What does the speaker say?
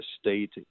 state